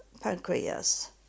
pancreas